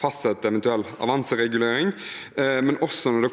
fastsette en eventuell avanseregulering og når det